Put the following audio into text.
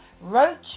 roach